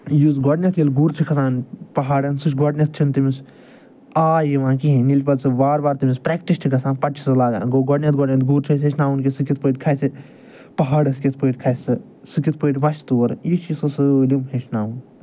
یُس گۄڈٕنٮ۪تھ ییٚلہِ گُر چھِ کھسان پَہاڑَن سُہ چھِ گۄڈٕنٮ۪تھ چھُنہٕ تٔمِس آے یِوان کِہیٖنۍ ییٚلہِ پَتہٕ سُہ وارٕ وارٕ تٔمِس پرٛٮ۪کٹِس چھِ گژھان پَتہٕ چھِ سُہ لاگان گوٚو گۄڈٕنٮ۪تھ گۄڈٕنٮ۪تھ گُر چھُ اَسہِ ہیٚچھناوُن کہِ سُہ کِتھ پٲٹھۍ کھَسہِ پَہاڑَس کِتھ پٲٹھۍ کھَسہِ سُہ سُہ کِتھ پٲٹھۍ وَسہِ تورٕ یہِ چھُ سُہ سٲلِم ہیٚچھناوُن